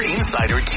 Insider